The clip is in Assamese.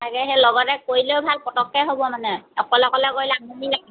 তাকেহে সেই লগতে কৰিলেও ভাল সোনকালে হ'ব মানে অকলে অকলে কৰিলে আমনি লাগিব